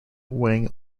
weighing